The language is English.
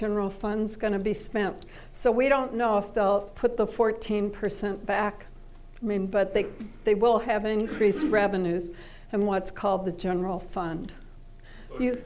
general funds going to be spent so we don't know if they'll put the fourteen percent back in but they they will have an increase in revenues from what's called the general fund